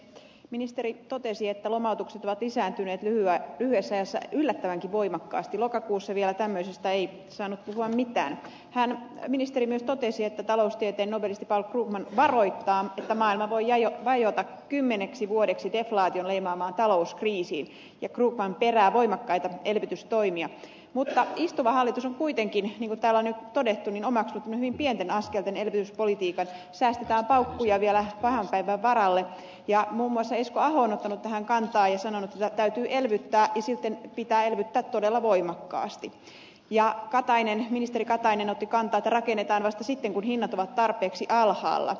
ministeri totesi että lomautukset ovat lisääntyneet hyvää myös ajassa yllättävänkin voimakkaasti lokakuussa vieläpä meistä ei saanut puhua mitään hän ministerinä totesi että taloustieteen nobelisti paul krugman varoittaa pitämään avoin ja jo vajota kymmeneksi vuodeksi deflaation leimaamaan talouskriisiin ja krugman perää voimakkaita elvytystoimia muuteta istuva hallitus on kuitenkin juutalainen todettu nina mäki meni pienten askelten erityispolitiikan säästetään paukkuja vielä pahan päivän varalle ja homma seiskahan hän kantaa ja sanonut ja täytyy elvyttää ja sitten pitää elvyttää todella voimakkaasti ja katainen ministeri katainen otti kantaa rakennetaan vasta sitten kun hinnat ovat tarpeeksi alhaalla